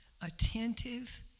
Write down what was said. attentive